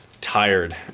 tired